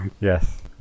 Yes